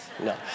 no